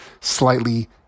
slightly